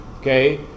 okay